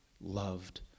loved